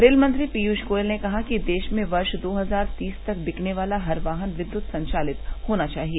rail मंत्री पीयूष गोयल ने कहा कि देश में वर्ष दो हजार तीस तक बिकने वाला हर वाहन विद्यत संचालित होना चाहिए